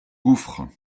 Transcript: gouffre